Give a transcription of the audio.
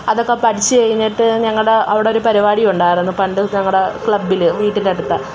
അതൊക്കെ പഠിച്ച് കഴിഞ്ഞിട്ട് ഞങ്ങളുടെ അവിടെ ഒരു പരിപാടി ഉണ്ടായിരുന്നു പണ്ട് ഞങ്ങളുടെ ക്ലബ്ബിൽ വീട്ടിന് തൊട്ടടുത്ത